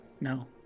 No